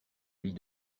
lit